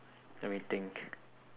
let me think